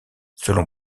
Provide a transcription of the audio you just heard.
selon